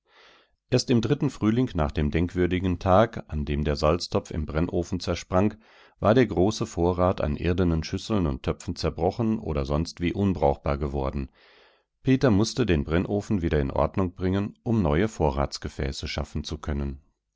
erst im dritten frühling nach dem denkwürdigen tag an dem der salztopf im brennofen zersprang war der große vorrat an irdenen schüsseln und töpfen zerbrochen oder sonstwie unbrauchbar geworden peter mußte den brennofen wieder in ordnung bringen um neue vorratsgefäße schaffen zu können